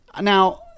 now